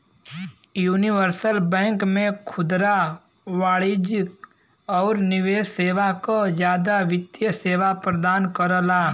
universal bank में खुदरा वाणिज्यिक आउर निवेश सेवा क जादा वित्तीय सेवा प्रदान करला